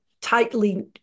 tightly